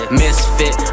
misfit